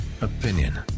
opinion